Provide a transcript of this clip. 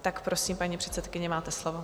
Tak prosím, paní předsedkyně, máte slovo.